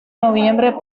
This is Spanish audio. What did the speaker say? noviembre